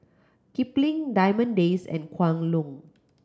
Kipling Diamond Days and Kwan Loong